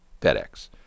FedEx